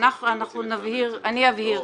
אבהיר שוב.